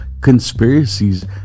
conspiracies